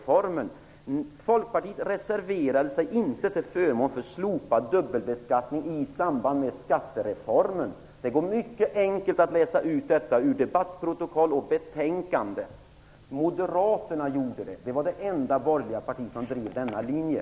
Folkpartiet reserverade sig inte till förmån för slopad dubbelbeskattning i samband med skattereformen. Det går mycket enkelt att läsa ut ur debattprotokoll och betänkanden. Moderaterna gjorde det. Det var det enda borgerliga parti som drev denna linje.